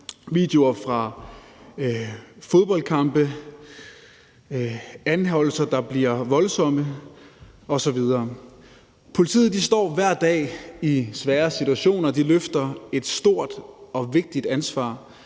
videoer fra fodboldkampe, anholdelser, der bliver voldsomme osv. Politiet står hver dag i svære situationer. De løfter et stort og vigtigt ansvar